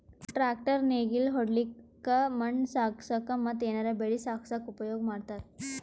tractor ನೇಗಿಲ್ ಹೊಡ್ಲಿಕ್ಕ್ ಮಣ್ಣ್ ಸಾಗಸಕ್ಕ ಮತ್ತ್ ಏನರೆ ಬೆಳಿ ಸಾಗಸಕ್ಕ್ ಉಪಯೋಗ್ ಮಾಡ್ತಾರ್